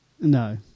No